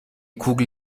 kugel